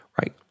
Right